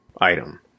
item